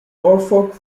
norfolk